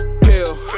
pill